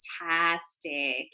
fantastic